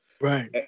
Right